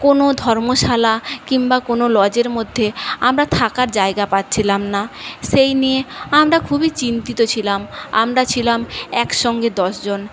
কোনও ধর্মশালা কিংবা কোনও লজের মধ্যে আমরা থাকার জায়গা পাচ্ছিলাম না সেই নিয়ে আমরা খুবই চিন্তিত ছিলাম আমরা ছিলাম একসঙ্গে দশজন